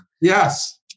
Yes